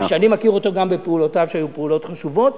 ואני מכיר אותו גם בפעולותיו שהיו פעולות חשובות,